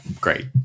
great